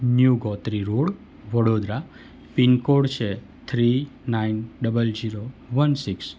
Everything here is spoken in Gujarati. new Gotri road Vadodara pin code છે three nine double zero one six